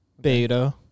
Beta